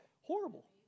horrible